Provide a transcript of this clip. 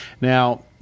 now